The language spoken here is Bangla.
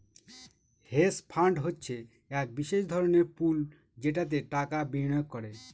হেজ ফান্ড হচ্ছে এক বিশেষ ধরনের পুল যেটাতে টাকা বিনিয়োগ করে